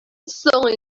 соң